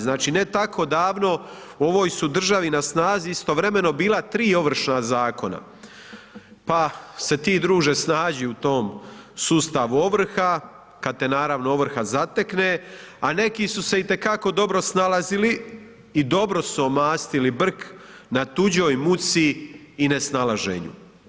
Znači ne tako davno u ovoj su državi na snazi istovremeno bila 3 Ovršna zakona, pa se ti druže snađi u tom sustavu ovrhu kad te naravno ovrha zatekne, a neki su se i te kao dobro snalazili i dobro su omastili brk na tuđoj muci i nesnalaženju.